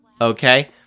Okay